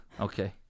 Okay